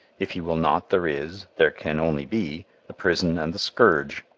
if he will not, there is, there can only be, the prison and the scourge,